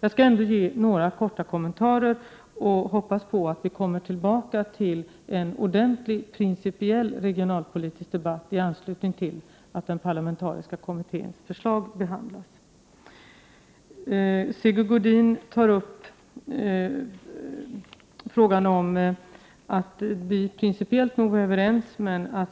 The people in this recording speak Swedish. Jag skall ändå ge några kommentarer och hoppas att vi kan ha en ordentlig principiell regionalpolitisk debatt i anslutning till att den parlamentariska kommitténs förslag behandlas. Sigge Godin menar att vi principiellt är överens, men han